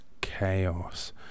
chaos